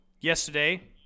yesterday—